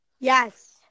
Yes